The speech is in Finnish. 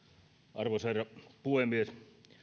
arvoisa herra puhemies